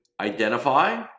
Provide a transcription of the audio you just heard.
identify